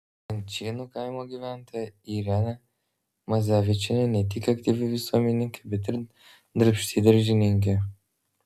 kančėnų kaimo gyventoja irena maževičienė ne tik aktyvi visuomenininkė bet ir darbšti daržininkė